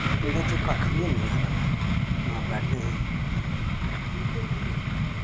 उं'दे च कक्ख बी हैनी हा पैह्लें ना बैड्ड हे